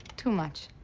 too much.